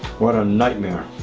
what a nightmare